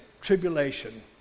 tribulation